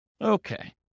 Okay